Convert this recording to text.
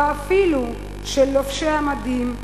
ואפילו של לובשי המדים,